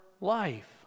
life